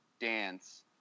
dance